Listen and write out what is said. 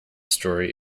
story